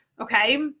okay